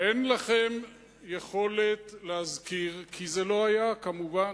אין לכם יכולת להזכיר, כי זה לא היה, כמובן.